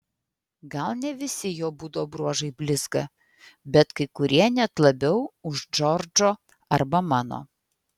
gal ne visi jo būdo bruožai blizga bet kai kurie net labiau už džordžo arba mano